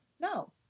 No